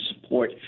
support